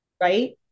Right